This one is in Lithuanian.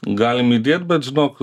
galim įdėt bet žinok